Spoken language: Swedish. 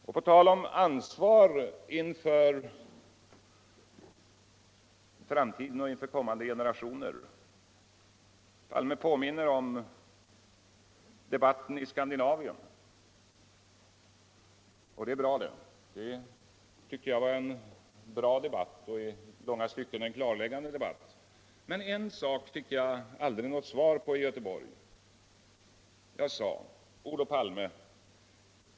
Ferr Palme talar om ansvar för framtiden och kommande generationer och påminner om debatten i Scandinavium, och det är bra det - det ivckte jag var en utmiärkt och i långa stycken klarläggande debatt. Men en fråga fick jag aldrig något svar på i Göteborg. Jag sade: Olof Palme!